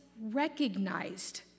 recognized